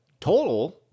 total